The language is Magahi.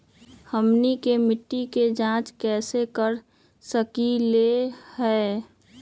हमनी के मिट्टी के जाँच कैसे कर सकीले है?